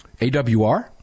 AWR